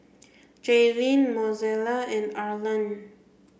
Jailyn Mozella and Arlan